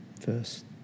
first